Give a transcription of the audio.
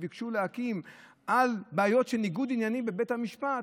ביקשו להקים על בעיות של ניגוד עניינים בבית המשפט.